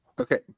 Okay